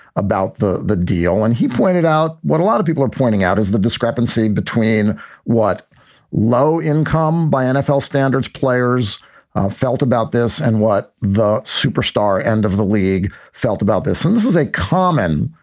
about the the deal. and he pointed out what a lot of people are pointing out is the discrepancy between what low income by nfl standards players felt about this and what the superstar end of the league felt about this. and this is a common,